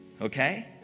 Okay